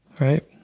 right